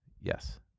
Yes